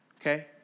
Okay